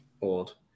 old